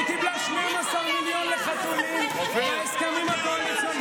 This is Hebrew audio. היא קיבלה 12 מיליון לחתולים בהסכמים הקואליציוניים.